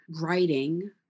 writing